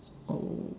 oh